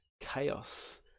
chaos